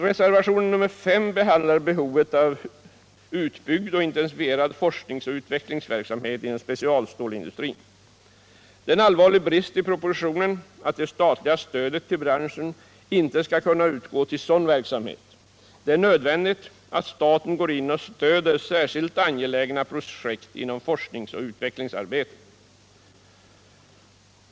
Reservationen 5 behandlar behovet av utbyggd och intensifierad forskningsoch utvecklingsverksamhet inom specialstålindustrin. Det är en allvarlig brist i propositionen att det statliga stödet till branschen inte skall kunna utgå till sådan verksamhet. Det är nödvändigt att staten går in och stöder särskilt angelägna projekt inom forskningsoch utvecklingsarbetet.